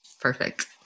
perfect